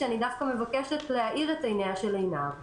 אני דווקא מבקשת להאיר את עיניה של עינב לוק: